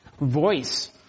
voice